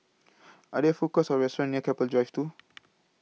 Are There Food Courts Or restaurants near Keppel Drive two